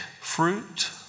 fruit